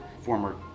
former